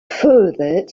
further